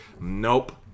Nope